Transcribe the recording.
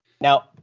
Now